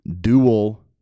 dual